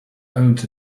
owns